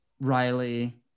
Riley